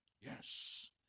Yes